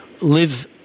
live